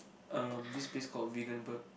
um this place called Vegan Burg